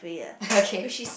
okay